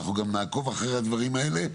ואנחנו גם נעקוב אחרי הדברים האלה.